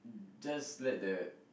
just let the